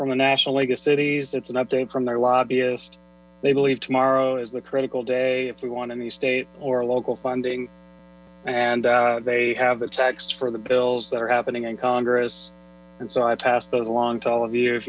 from the national league of cities it's an update from their lobbyist they believe tomorrow is the critical day if we won in the state or local funding and they have the text for the bills that are happening in congress and so i pass those along to all of you if